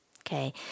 Okay